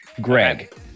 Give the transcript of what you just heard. Greg